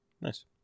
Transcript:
nice